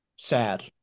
sad